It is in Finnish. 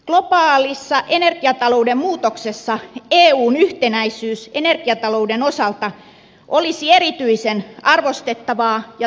globaalissa energiatalouden muutoksessa eun yhtenäisyys energiatalouden osalta olisi erityisen arvostettavaa ja tavoiteltavaa